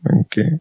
Okay